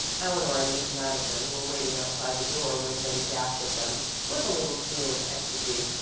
eleanor and miss madison were waiting outside the door when betty dashed at them with a little squeal of ecstasy.